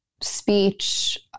speech